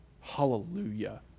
Hallelujah